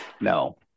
no